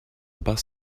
bus